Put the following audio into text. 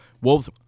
Wolves